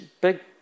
big